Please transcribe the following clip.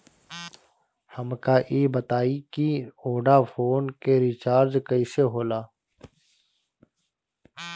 हमका ई बताई कि वोडाफोन के रिचार्ज कईसे होला?